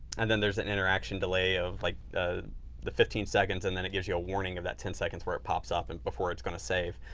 and then there's an interaction delay of like ah the fifteen seconds and then it gives you a warning of that ten seconds where it pops up and before it's going to save.